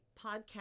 podcast